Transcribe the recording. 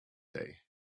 day